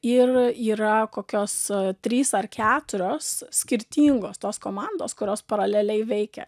ir yra kokios trys ar keturios skirtingos tos komandos kurios paraleliai veikia